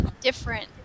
different